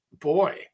Boy